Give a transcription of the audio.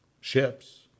ships